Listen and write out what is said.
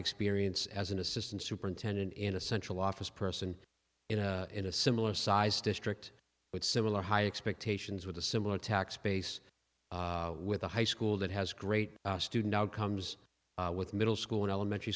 experience as an assistant superintendent in a central office person in a in a similar size district with similar high expectations with a similar tax base with a high school that has great student outcomes with middle school and elementary